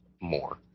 more